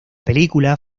película